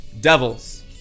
Devils